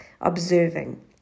observing